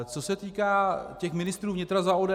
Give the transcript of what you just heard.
Co se týká těch ministrů vnitra za ODS.